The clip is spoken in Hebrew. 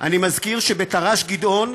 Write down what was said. אני מזכיר שבתר"ש "גדעון"